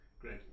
Great